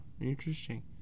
Interesting